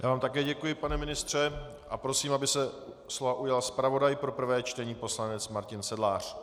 Já vám také děkuji, pane ministře, a prosím, aby se slova ujal zpravodaj pro prvé čtení poslanec Martin Sedlář.